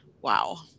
wow